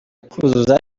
kuzuza